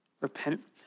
Repent